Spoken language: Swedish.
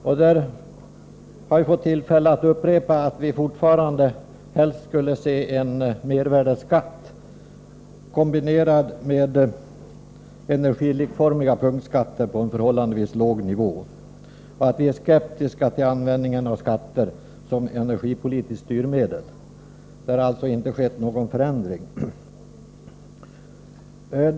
Vi har fått tillfälle till att upprepa att vi fortfarande helst skulle vilja se en mervärdeskatt kombinerad med energilikformiga punktskatter på en förhållandevis låg nivå. Vi är skeptiska till användningen av skatter såsom energipolitiskt styrmedel. Det har alltså inte skett någon förändring.